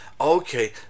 Okay